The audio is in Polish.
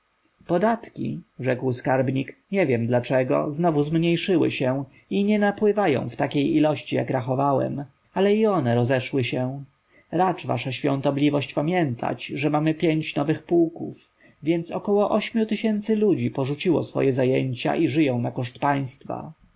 podatki rzekł skarbnik nie wiem dlaczego znowu zmniejszyły się i nie napływają w takiej ilości jak rachowałem ale i one rozeszły się racz wasza świątobliwość pamiętać że mamy pięć nowych pułków więc około ośmiu tysięcy ludzi porzuciło swoje zajęcia i żyją na koszt państwa